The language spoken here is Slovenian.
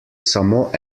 samo